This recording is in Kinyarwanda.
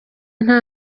nta